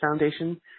Foundation